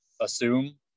assume